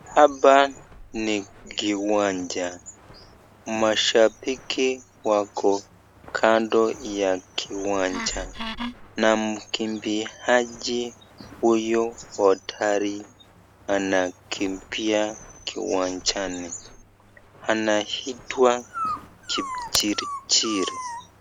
Hapa ni kiwanja, mashabiki wako kando ya kiwanja na mkimbiaji huyu hodari anakimbia kiwanjani, anaitwa Kipchirchir.